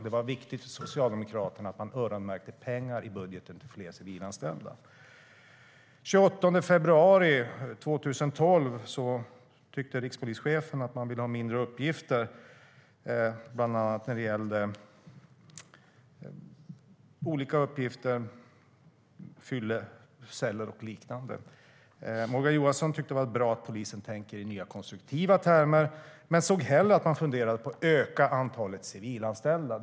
Det var viktigt för Socialdemokraterna att man öronmärkte pengar i budgeten till fler civilanställda. Den 28 februari 2012 ville rikspolischefen att polisen skulle ha färre uppgifter bland annat när det gällde fylleceller och liknande. Morgan Johansson tyckte att det var bra att polisen tänker i nya konstruktiva termer, men såg hellre att man funderade på att öka antalet civilanställda.